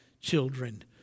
children